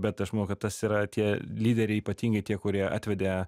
bet aš manau kad tas yra tie lyderiai ypatingai tie kurie atvedė